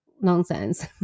nonsense